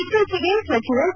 ಇತ್ತೀಚೆಗೆ ಸಚಿವ ಸಿ